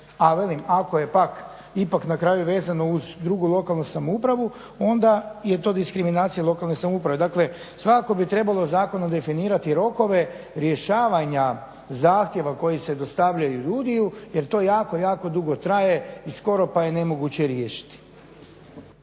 ako je pak ipak na kraju vezano uz drugu lokalnu samoupravu onda je to diskriminacija lokalne samouprave. Dakle, svakako bi trebalo zakonom definirati rokove rješavanja zahtjeva koji se dostavljaju DUDI-ju jer to jako, jako dugo traje i skoro pa je nemoguće riješiti.